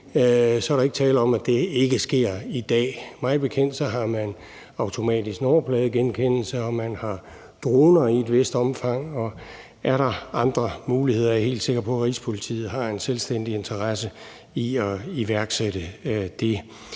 er der ikke tale om, at det ikke sker i dag. Mig bekendt har man automatisk nummerpladegenkendelse, og man har droner i et vist omfang, og er der andre muligheder, er jeg helt sikker på, at Rigspolitiet har en selvstændig interesse i at iværksætte dem.